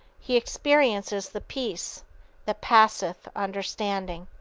he experiences the peace that passeth understanding.